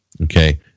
Okay